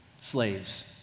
slaves